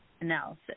analysis